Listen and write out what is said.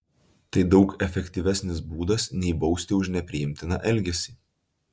tai daug efektyvesnis būdas nei bausti už nepriimtiną elgesį